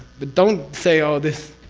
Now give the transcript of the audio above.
but don't say, oh this,